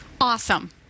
Awesome